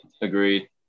Agreed